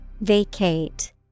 vacate